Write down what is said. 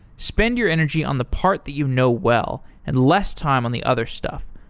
spend your energy on the part that you know well and less time on the other stuff.